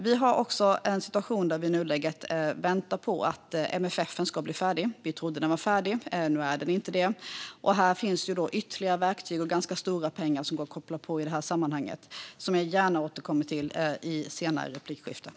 Vi har också en situation där vi i nuläget väntar på att MFF:en ska bli färdig. Vi trodde att den var färdig, men nu är den inte det. Där finns ytterligare verktyg och ganska stora pengar som går att koppla på i detta sammanhang och som jag gärna återkommer till i senare inlägg.